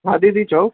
हा दीदी चओ